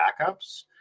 backups